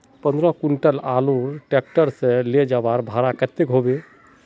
पंद्रह कुंटल आलूर ट्रैक्टर से ले जवार भाड़ा कतेक होबे?